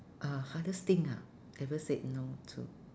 uh hardest thing ah ever said no to